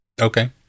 Okay